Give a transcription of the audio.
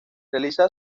realiza